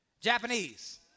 Japanese